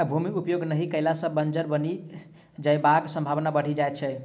भूमि उपयोग नहि कयला सॅ बंजर बनि जयबाक संभावना बढ़ि जाइत छै